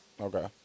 Okay